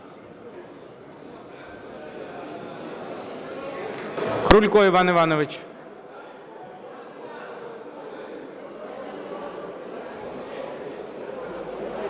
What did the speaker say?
Крулько Іван Іванович.